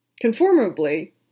conformably